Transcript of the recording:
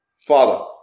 Father